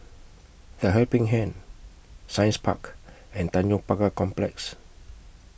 The Helping Hand Science Park and Tanjong Pagar Complex